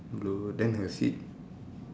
blue then her seat